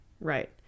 Right